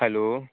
hello